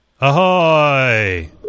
Ahoy